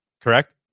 Correct